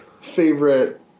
favorite